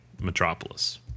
Metropolis